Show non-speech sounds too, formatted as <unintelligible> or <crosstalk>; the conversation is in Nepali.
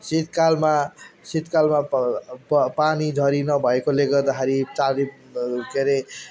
शीत कालमा शीत कालमा प प पानी झरी नभएकोले गर्दाखेरि <unintelligible> के हरे